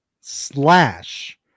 slash